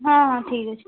ହଁ ହଁ ଠିକ୍ ଅଛି